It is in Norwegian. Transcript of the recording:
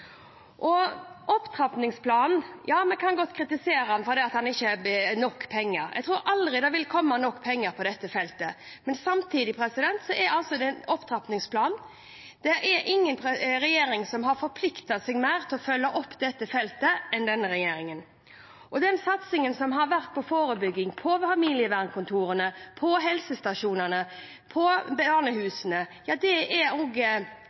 Ja, vi kan godt kritisere den for at det ikke blir nok penger. Jeg tror aldri det vil komme nok penger på dette feltet. Men samtidig er det slik at det er ingen regjering som har forpliktet seg mer til å følge opp dette feltet enn denne regjeringen gjennom den opptrappingsplanen. Den store satsingen som har vært på forebygging, på familievernkontorene, på helsestasjonene og på barnehusene, er også viktig i det